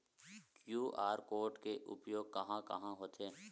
QR code के उपयोग कहां कहां होथे?